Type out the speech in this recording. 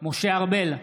משה ארבל,